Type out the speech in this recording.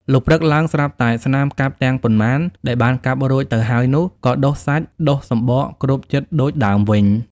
លុះព្រឹកឡើង ស្រាប់តែស្នាមកាប់ទាំងប៉ុន្មានដែលបានកាប់រួចទៅហើយនោះ ក៏ដុះសាច់ ដុះសំបកគ្របជិតដូចដើមវិញ។